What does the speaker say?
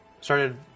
started